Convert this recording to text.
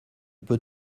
peut